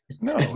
No